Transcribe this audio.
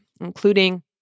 including